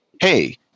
hey